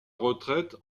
retraite